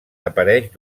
apareix